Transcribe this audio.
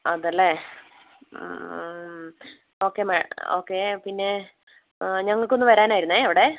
അതെയല്ലേ okay ma'am okay പിന്നെ ആ ഞങ്ങൾക്കൊന്ന് വരാനായിരുന്നേ അവിടെ